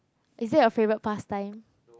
is that your favourite pass time